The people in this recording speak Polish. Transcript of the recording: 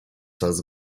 coraz